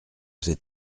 cet